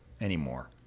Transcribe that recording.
anymore